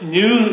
new